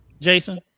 Jason